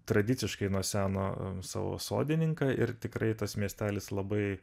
tradiciškai nuo seno savo sodininką ir tikrai tas miestelis labai